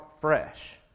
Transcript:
fresh